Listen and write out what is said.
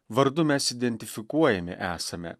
vardu mes identifikuojami esame